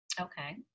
Okay